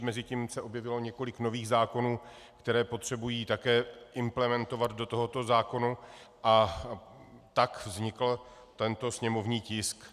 Mezitím se objevilo několik nových zákonů, které potřebují také implementovat do tohoto zákona, a tak vznikl tento sněmovní tisk.